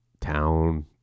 town